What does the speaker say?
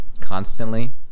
constantly